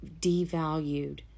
devalued